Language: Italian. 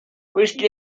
questi